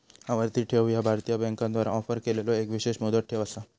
आवर्ती ठेव ह्या भारतीय बँकांद्वारा ऑफर केलेलो एक विशेष मुदत ठेव असा